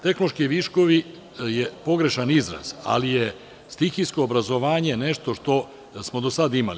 Tehnološki viškovi je pogrešan izraz, ali je stihijsko obrazovanje nešto što smo do sada imali.